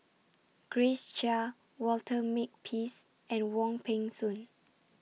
Grace Chia Walter Makepeace and Wong Peng Soon